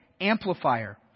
amplifier